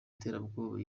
iterabwoba